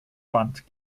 band